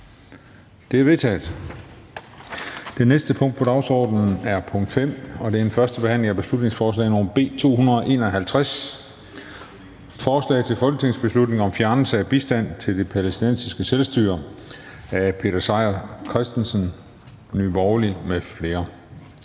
Det er vedtaget. --- Det næste punkt på dagsordenen er: 5) 1. behandling af beslutningsforslag nr. B 251: Forslag til folketingsbeslutning om fjernelse af bistand til det palæstinensiske selvstyre. Af Peter Seier Christensen (NB) m.fl.